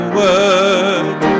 word